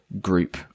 group